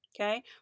Okay